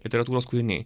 literatūros kūriniai